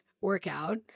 workout